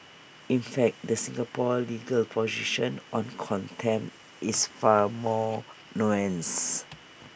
in fact the Singapore legal position on contempt is far more nuanced